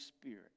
Spirit